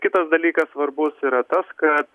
kitas dalykas svarbus yra tas kad